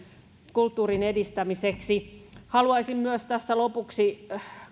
kulttuurin edistämiseksi haluaisin myös tässä lopuksi